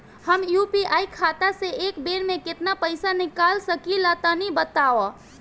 हम यू.पी.आई खाता से एक बेर म केतना पइसा निकाल सकिला तनि बतावा?